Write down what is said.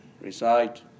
Recite